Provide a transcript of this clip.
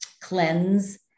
cleanse